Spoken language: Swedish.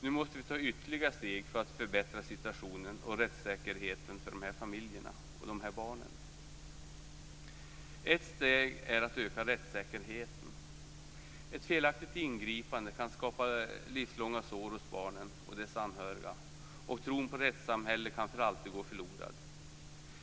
Nu måste vi ta ytterligare steg för att förbättra situationen och rättssäkerheten för de här familjerna och de här barnen. Ett steg är just att öka rättssäkerheten. Ett felaktigt ingripande kan skapa livslånga sår hos barnen och deras anhöriga. Tron på rättssamhället kan för alltid gå förlorad.